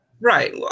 Right